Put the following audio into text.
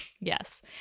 Yes